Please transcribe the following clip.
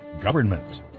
Government